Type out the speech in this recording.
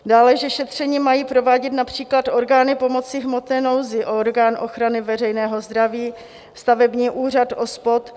Dále že šetření mají provádět například orgány pomoci v hmotné nouzi, orgán ochrany veřejného zdraví, stavební úřad, OSPOD.